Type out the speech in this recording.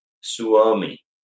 Suomi